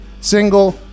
single